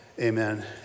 amen